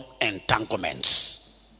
entanglements